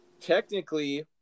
Technically